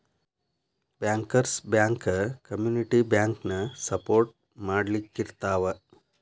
bankers bank community ಬ್ಯಾಂಕನ support ಮಾಡ್ಲಿಕ್ಕಿರ್ತಾವ